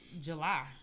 July